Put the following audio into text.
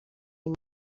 این